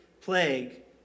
plague